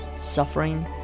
suffering